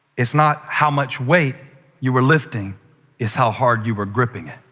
it's not how much weight you were lifting it's how hard you were gripping it.